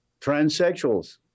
transsexuals